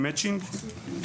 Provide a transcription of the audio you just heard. מצ'ינג.